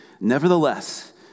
nevertheless